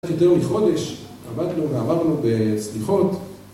קצת יותר מחודש עבדנו ועברנו בסליחות